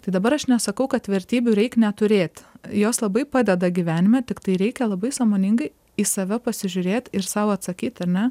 tai dabar aš nesakau kad vertybių reik neturėt jos labai padeda gyvenime tiktai reikia labai sąmoningai į save pasižiūrėt ir sau atsakyt ane